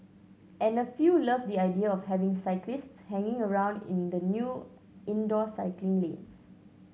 and a few loved the idea of having cyclists hanging around in the new indoor cycling lanes